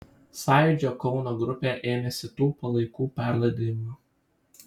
sąjūdžio kauno grupė ėmėsi tų palaikų perlaidojimo